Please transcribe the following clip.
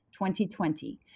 2020